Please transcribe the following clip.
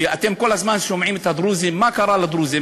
ואתם כל הזמן שומעים את הדרוזים, מה קרה לדרוזים.